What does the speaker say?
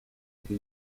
più